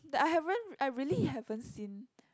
that I haven't I really haven't seen